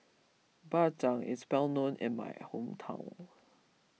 Bak Chang is well known in my hometown